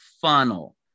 funnel